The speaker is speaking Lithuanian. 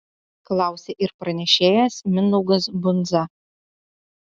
klausė ir pranešėjas mindaugas bundza